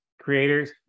creators